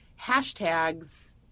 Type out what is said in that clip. hashtags